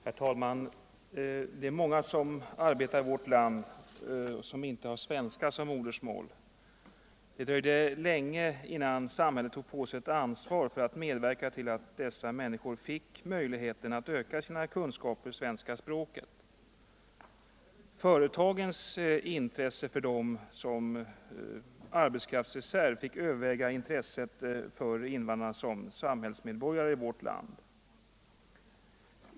Herr talman! Många som arbetar i vårt land har inte svenska som modersmål. Det dröjde länge innan samhället tog på sig ett ansvar för att medverka till att dessa människor fick möjlighet att öka sina kunskaper i svenska språket. Företagens intresse för invandrarna som arbetskraftsreserv fick överväga deras intresse för dem som samhällsmedborgare i vårt land.